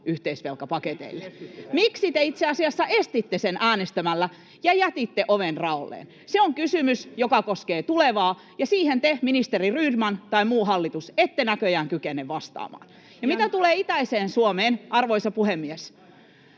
jatkoyhteisvelkapaketeille? Miksi te itse asiassa estitte sen äänestämällä ja jätitte oven raolleen? Se on kysymys, joka koskee tulevaa, ja siihen te, ministeri Rydman tai muu hallitus, ette näköjään kykene vastaamaan. Ja mitä tulee itäiseen Suomeen, arvoisa puhemies,